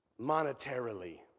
monetarily